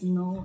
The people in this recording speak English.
no